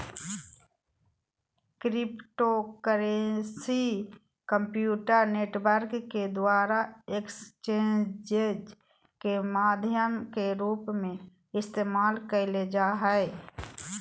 cryptocurrency computer network के द्वारा exchanges के माध्यम के रूप में इस्तेमाल कइल जा हइ